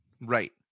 Right